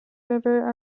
river